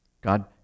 God